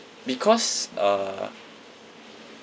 because uh